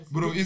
Bro